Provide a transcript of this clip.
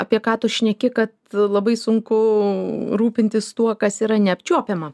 apie ką tu šneki kad labai sunku rūpintis tuo kas yra neapčiuopiama